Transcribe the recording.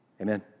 Amen